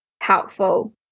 helpful